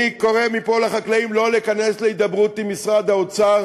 אני קורא מפה לחקלאים שלא להיכנס להידברות עם משרד האוצר